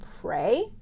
pray